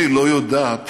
תודה.